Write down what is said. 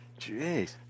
Jeez